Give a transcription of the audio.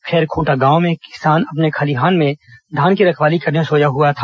खैरखूँटा गांव में एक किसान अपने खलिहान में धान की रखवाली करने सोया हुआ था